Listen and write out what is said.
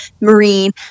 Marine